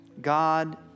God